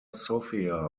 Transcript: sofia